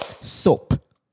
Soap